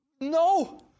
no